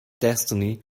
destiny